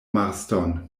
marston